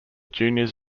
juniors